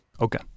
Okay